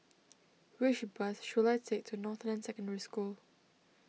which bus should I take to Northland Secondary School